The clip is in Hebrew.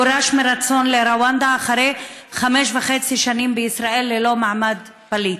גורש מרצון לרואנדה אחרי חמש שנים וחצי בישראל ללא מעמד פליט.